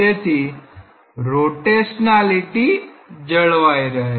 તેથી રોટેશનાલીટી જળવાઈ રહે